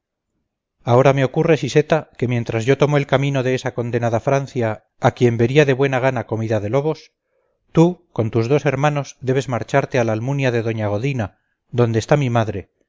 ahora me ocurre siseta que mientras yo tomo el camino de esa condenada francia a quien vería de buena gana comida de lobos tú con tus dos hermanos debes marcharte a la almunia de doña godina donde está mi madre